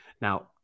Now